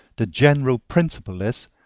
the general principle is,